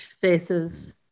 faces